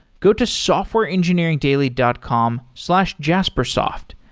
go to softwareengineeringdaily dot com slash jaspersoft.